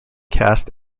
cast